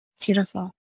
beautiful